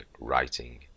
writing